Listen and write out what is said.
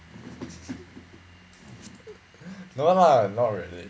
no lah not really